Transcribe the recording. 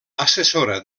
assessora